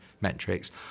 metrics